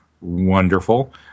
wonderful